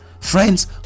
friends